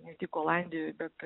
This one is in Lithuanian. ne tik olandijoj bet